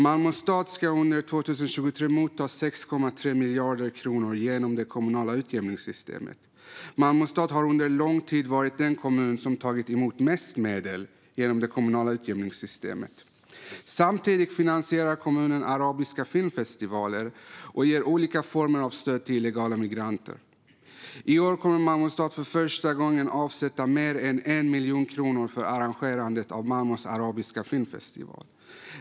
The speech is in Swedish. Malmö stad ska under 2023 ta emot 6,3 miljarder kronor genom det kommunala utjämningssystemet. Malmö stad har under lång tid varit den kommun som tagit emot mest medel genom det kommunala utjämningssystemet. Samtidigt finansierar kommunen arabiska filmfestivaler och ger olika former av stöd till illegala migranter. I år kommer Malmö stad för första gången att avsätta mer än 1 miljon kronor för arrangerandet av Malmös arabiska filmfestival.